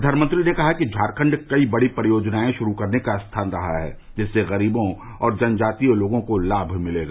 प्रधानमंत्री ने कहा कि झारखंड कई बड़ी परियोजनाएं शुरू करने का स्थान रहा है जिससे गरीबों और जनजातीय लोगों को लाभ मिलेगा